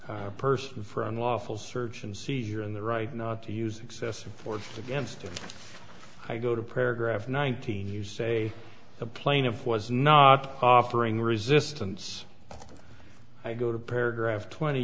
person for unlawful search and seizure and the right not to use excessive force against him i go to paragraph nineteen you say a plaintiff was not offering resistance i go to paragraph twenty